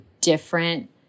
different